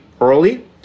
early